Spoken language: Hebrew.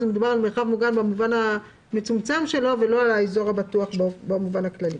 מדובר על מרחב מוגן במובן המצומצם שלו ולא על האזור הבטוח במובן הכללי.